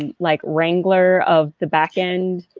and like wrangler of the back end,